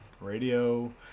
radio